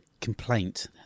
complaint